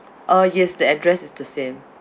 uh yes the address is the same